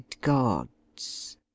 gods